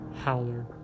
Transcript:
Howler